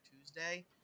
Tuesday